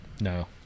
No